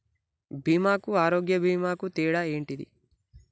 బీమా కు ఆరోగ్య బీమా కు తేడా ఏంటిది?